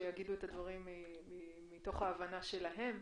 שיגידו את הדברים מתוך ההבנה שלהם,